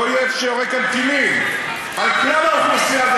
באויב שיורה כאן טילים על כלל האוכלוסייה,